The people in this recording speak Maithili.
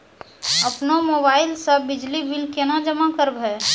अपनो मोबाइल से बिजली बिल केना जमा करभै?